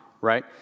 right